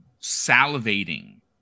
salivating